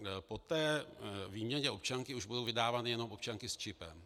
Po té výměně občanky už budou vydávány jenom občanky s čipem.